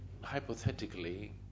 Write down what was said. hypothetically